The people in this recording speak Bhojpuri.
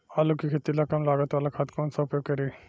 आलू के खेती ला कम लागत वाला खाद कौन सा उपयोग करी?